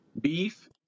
Beef